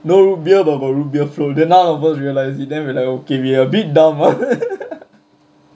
no root beer but got root beer float then none of us realize it then we're like okay we a bit dumb ah